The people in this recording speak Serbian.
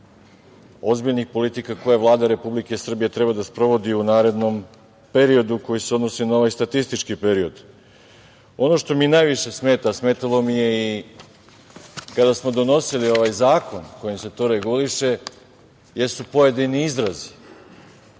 ozbiljnih politika koje Vlada Republike Srbije treba da sprovodi u narednom periodu koji se odnosi na ovaj statistički period. Ono što mi najviše smeta, a smetalo mi je i kada smo donosili ovaj zakon kojim se to reguliše, jesu pojedini izrazi.